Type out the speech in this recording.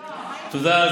תודה.